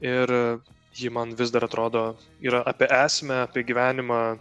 ir ji man vis dar atrodo yra apie esmę apie gyvenimą